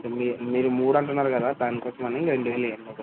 మీరు మీరు మూడు అంటున్నారు కదా దానికోసమని రెండు వేలు ఇవ్వండి ఒక్కటి